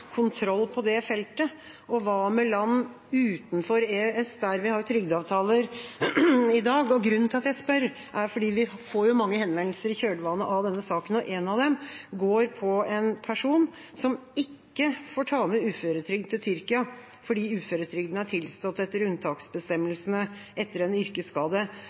kontroll på det feltet? Og hva med land utenfor EØS som vi har trygdeavtaler med i dag? Grunnen til at jeg spør, er at vi får mange henvendelser i kjølvannet av denne saken. Én av dem gjelder en person som ikke får ta med seg uføretrygd til Tyrkia fordi uføretrygden er tilstått etter unntaksbestemmelsene etter en yrkesskade.